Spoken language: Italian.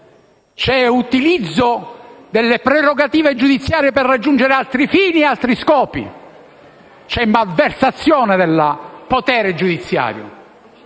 c'è utilizzo delle prerogative giudiziarie per raggiungere altri fini e altri scopi e c'è malversazione del potere giudiziario.